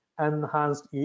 enhanced